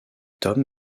tom